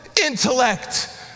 intellect